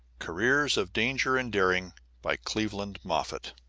careers of danger and daring by cleveland moffett